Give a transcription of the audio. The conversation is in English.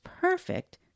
perfect